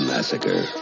Massacre